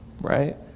right